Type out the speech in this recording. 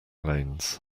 lanes